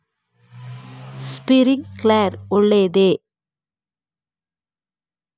Sprinkler ಒಳ್ಳೇದೇ?